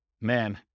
man